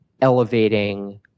elevating